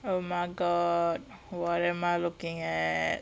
oh my god what am I looking at